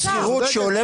השכירות עולה